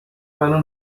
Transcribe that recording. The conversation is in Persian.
منو